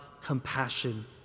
compassion